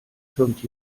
türmt